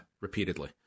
repeatedly